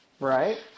Right